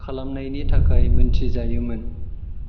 खालामनायनि थाखाय मिथिजायोमोन